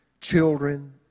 children